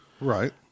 Right